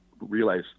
realize